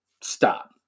Stop